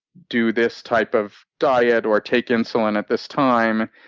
do this type of diet or take insulin at this time.